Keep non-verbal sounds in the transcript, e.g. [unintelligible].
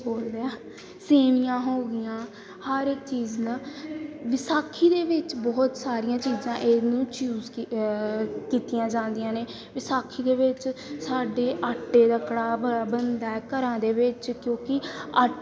[unintelligible] ਸੇਮੀਆਂ ਹੋ ਗਈਆਂ ਹਰ ਇੱਕ ਚੀਜ਼ ਨਾ ਵਿਸਾਖੀ ਦੇ ਵਿੱਚ ਬਹੁਤ ਸਾਰੀਆਂ ਚੀਜ਼ਾਂ ਇਹਨੂੰ ਚੂਜ਼ ਕੀਤੀਆਂ ਜਾਂਦੀਆਂ ਨੇ ਵਿਸਾਖੀ ਦੇ ਵਿੱਚ ਸਾਡੇ ਆਟੇ ਦਾ ਕੜਾਹ ਬ ਬਣਦਾ ਹੈ ਘਰਾਂ ਦੇ ਵਿੱਚ ਕਿਉਂਕਿ ਆਟ